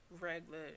regular